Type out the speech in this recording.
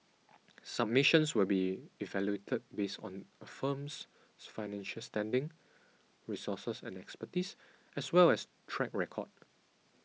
submissions will be evaluated based on a firm's financial standing resources and expertise as well as track record